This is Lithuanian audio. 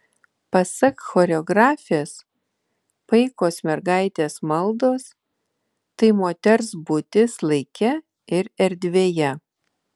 pasak choreografės paikos mergaitės maldos tai moters būtis laike ir erdvėje